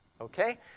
Okay